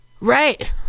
Right